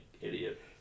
idiot